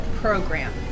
program